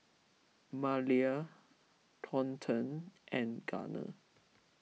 Malia Thornton and Gunner